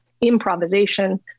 improvisation